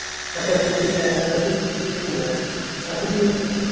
ᱟᱪᱪᱷᱟ ᱟᱪᱪᱷᱟ ᱴᱷᱤᱠ ᱟᱪᱷᱮ ᱴᱷᱤᱠ ᱴᱷᱤᱠ ᱴᱷᱤᱠᱟᱹᱱ ᱜᱮᱭᱟ ᱟᱪᱪᱷᱟ ᱴᱷᱤᱠ ᱜᱮᱭᱟ